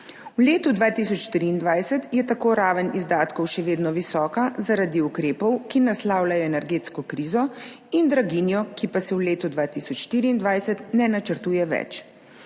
V letu 2023je tako raven izdatkov še vedno visoka zaradi ukrepov, ki naslavljajo energetsko krizo in draginjo, ki pa se v letu 2024 ne načrtuje več.